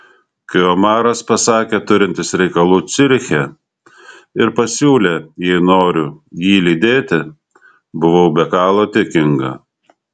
kai omaras pasakė turintis reikalų ciuriche ir pasiūlė jei noriu jį lydėti buvau be galo dėkinga